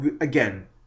again